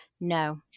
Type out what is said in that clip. No